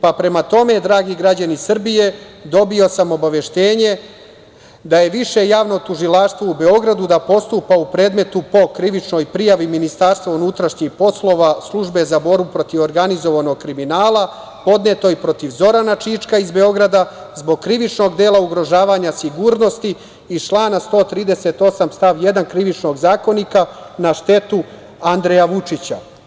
Prema tome, dragi građani Srbije, dobio sam obaveštenje da Više javno tužilaštvo u Beogradu postupa u predmetu po krivičnoj prijavi MUP-a, Službe za borbu protiv organizovanog kriminala, podnetoj protiv Zorana Čička iz Beograda zbog krivičnog dela ugrožavanja sigurnosti iz člana 138. stav 1. Krivičnog zakonika na štetu Andreja Vučića.